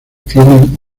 tienen